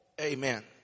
Amen